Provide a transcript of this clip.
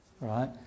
right